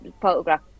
photograph